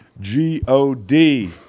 G-O-D